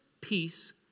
peace